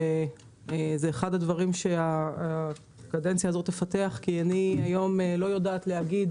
זה אחד הדברים שנשקוד על פיתוחו כי היום אני לא יודעת להגיד